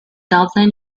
dublin